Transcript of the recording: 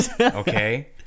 Okay